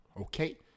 okay